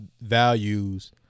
values